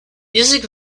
music